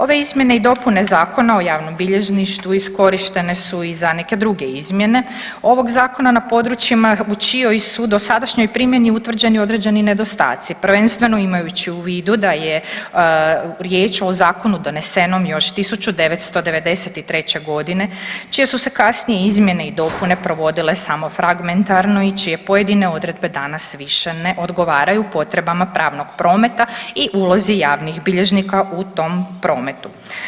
Ove izmjene i dopune Zakona o javnom bilježništvu iskorištene su i za neke druge izmjene ovog zakona na područjima u čijoj su dosadašnjoj primjeni utvrđeni određeni nedostaci, prvenstveno imajući u vidu da je riječ o zakonu donesenom još 1993.g. čije su se kasnije izmjene i dopune provodile samo fragmentarno i čije pojedine odredbe danas više ne odgovaraju potrebama pravnog prometa i ulozi javnih bilježnika u tom prometu.